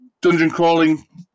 dungeon-crawling